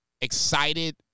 excited